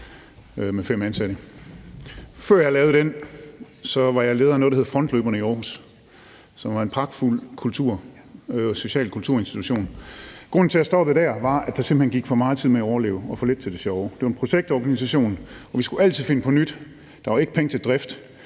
Før jeg lavede den, var jeg leder af noget, der hed Frontløberne i Aarhus, som var en pragtfuld social kulturinstitution. Grunden til, at jeg stoppede der, var, at der simpelt hen gik for meget tid til at overleve og for lidt til det sjove. Det var en projektorganisation, og vi skulle altid finde på nyt. Der var ikke penge til drift,